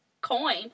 coin